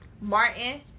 Martin